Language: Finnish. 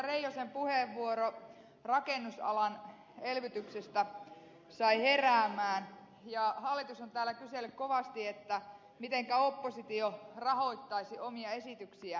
reijosen puheenvuoro rakennusalan elvytyksestä sai heräämään ja hallitus on täällä kysellyt kovasti mitenkä oppositio rahoittaisi omia esityksiään